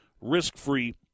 risk-free